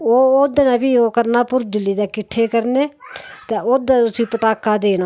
ओहदे कन फिह् ओङ् करना भुरजली किट्ठे करने ते उस उप्पर उसी पटाका देना